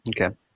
Okay